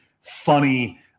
funny